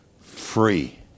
free